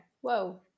whoa